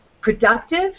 productive